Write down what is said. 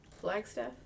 Flagstaff